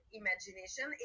imagination